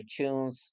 itunes